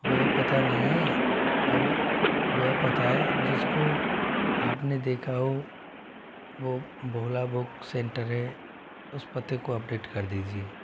वह पता नहीं है अब वह पता है जिसको आपने देखा हो वो भोला बुक सेंटर है उस पते को अपडेट दीजिए